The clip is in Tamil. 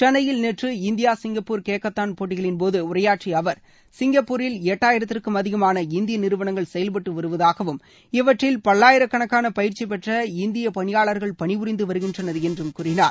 சென்னையில் நேற்று இந்தியா சிங்கப்பூர் ஹேக்கத்தான் போட்டிகளின்போது உரையாற்றிய அவர் சிங்கப்பூரில் எட்டாயிரத்திற்கும் அதிகமான இந்திய நிறுவனங்கள் கெயன்பட்டு வருவதாகவும் இவற்றில் பல்லாயிரக்கணக்கான பயிற்சி பெற்ற இந்திய பணியாளர்கள் பணிபுரிந்து வருகின்றனர் என்றும் கூறினார்